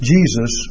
Jesus